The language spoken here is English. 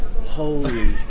holy